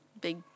big